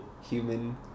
human